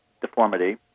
deformity